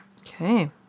Okay